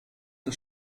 des